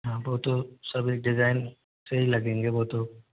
हाँ वो तो सभी डिजाइन से लगेंगे वो तो